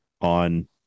on